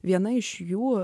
viena iš jų